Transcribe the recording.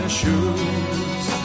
shoes